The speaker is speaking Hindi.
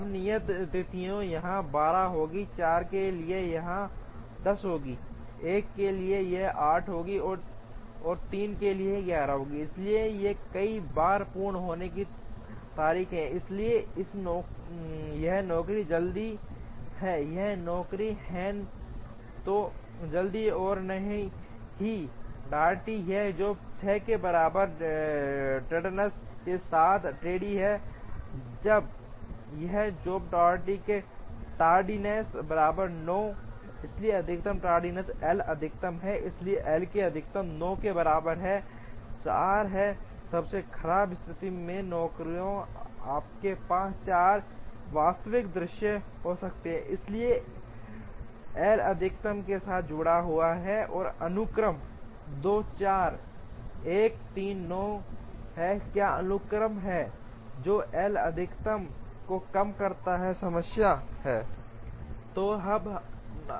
अब नियत तिथियां यहां 12 होंगी 4 के लिए यह 10 है 1 के लिए यह 8 है 3 के लिए यह है 11 इसलिए ये कई बार पूर्ण होने की तारीखें हैं इसलिए यह नौकरी जल्दी है यह नौकरी है न तो जल्दी और न ही टार्डी यह जॉब 6 के बराबर टैडीनेस के साथ टैडी है यह जॉब टार्डी है tardiness बराबर 9 इसलिए अधिकतम tardiness L अधिकतम है इसलिए L अधिकतम 9 के बराबर है 4 हैं सबसे खराब स्थिति में नौकरियां आपके पास 4 वास्तविक दृश्य हो सकती हैं इसलिए एल अधिकतम के साथ जुड़ा हुआ है अनुक्रम 2 4 1 3 9 है क्या अनुक्रम है जो एल अधिकतम को कम करता है समस्या है